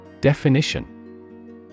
Definition